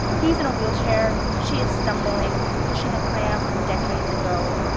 he's in a wheelchair. she is stumbling, pushing a pram from decades ago,